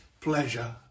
pleasure